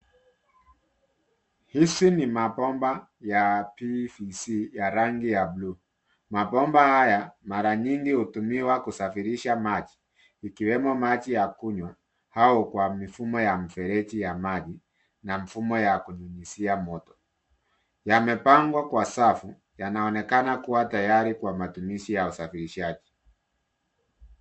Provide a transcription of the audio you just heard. Hizi ni mabomba ya BVC ya rangi ya blue . Mabomba haya mara nyingi hutumiwa kusafirisha maji, ikiwemo maji ya kunywa, au kwa mifumo ya mifereji ya maji, na mifumo ya kunyunyizia moto. Yamepangwa kwa safu, yanaonekana kua tayari kwa matumizi ya usafirishaji.